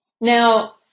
Now